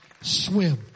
Swim